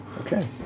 Okay